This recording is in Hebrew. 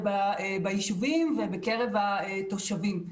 ביישובים ובקרב התושבים.